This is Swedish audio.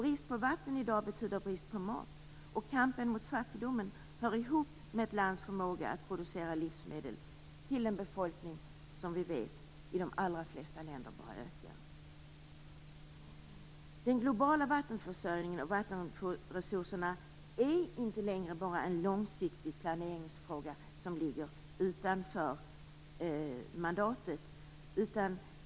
Brist på vatten betyder i dag brist på mat, och kampen mot fattigdomen hör ihop med ett lands förmåga att producera livsmedel till en befolkning som vi vet bara ökar i de allra flesta länder. Den globala vattenförsörjningen och de globala vattenresurserna är inte längre bara en långsiktig planeringsfråga som ligger utanför mandatet.